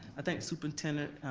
i think superintendent,